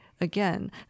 again